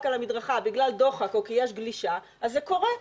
על המדרגה בגלל דוחק או כי יש גלישה אז זה קורה.